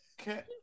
okay